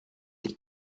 this